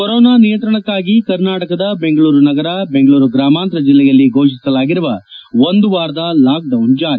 corona ನಿಯಂತ್ರಣಕ್ಕಾಗಿ ಕರ್ನಾಟಕದ ಬೆಂಗಳೂರು ನಗರ ಬೆಂಗಳೂರು ಗ್ರಾಮಾಂತರ ಜಿಲ್ಲೆಯಲ್ಲಿ ಘೋಷಿಸಲಾಗಿರುವ ಒಂದು ವಾರದ ಲಾಕ್ಡೌನ್ ಜಾರಿ